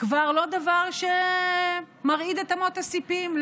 כבר לא דבר שמרעיד את אמות הסיפים.